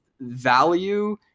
value